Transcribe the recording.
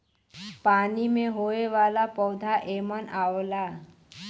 पानी में होये वाला पौधा एमन आवला